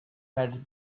had